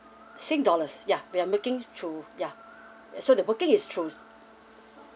sing dollars ya we are making through ya so the booking is through